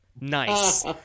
Nice